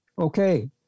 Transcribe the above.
Okay